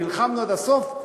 נלחמנו עד הסוף,